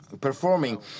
performing